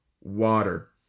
water